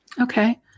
Okay